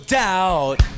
doubt